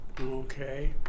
Okay